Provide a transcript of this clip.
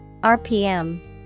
RPM